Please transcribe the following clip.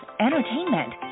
entertainment